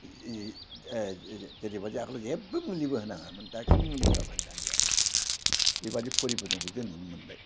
जेरैबादि आगोलाव जेबो मुलिबो होनाङामोन दा खिन्थु मुलि होआब्लानो जालिया बेबादि फरिबरथनखौ जों मोन मोनबाय